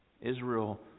Israel